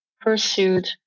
pursued